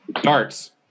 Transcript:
Darts